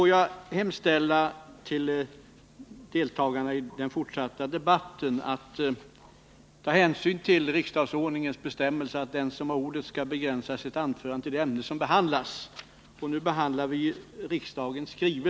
Får jag hemställa till deltagarna i den fortsatta debatten att ta hänsyn till riksdagsordningens bestämmelse att den som har ordet skall begränsa sitt anförande till det ämne som behandlas — och nu behandlar vi riksdagens skrivelser.